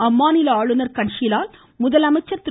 அம்மாநில ஆளுநர் கண்ஷிலால் முதலமைச்சர் திரு